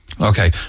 Okay